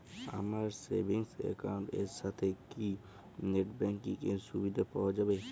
আমার savings account এর সাথে কি নেটব্যাঙ্কিং এর সুবিধা পাওয়া যাবে?